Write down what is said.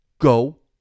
go